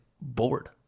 bored